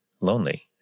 lonely